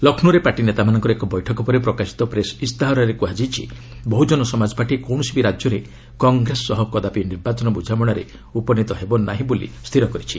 ଲକ୍ଷ୍ରୌରେ party ନେତାମାନଙ୍କର ଏକ ବୈଠକ ପରେ ପ୍ରକାଶିତ ପ୍ରେସ୍ ଇସ୍ତାହାରରେ କୁହାଯାଇଛି ବହୁଜନ ସମାଜ ପାର୍ଟି କୌଣସି ବି ରାଜ୍ୟର କଂଗ୍ରେସ ସହ କଦାପି ନିର୍ବାଚନ ବୁଝାମଣାରେ ଉପନୀତ ହେବ ନାହିଁ ବୋଲି ସ୍ଥିର କରିଛି